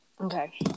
Okay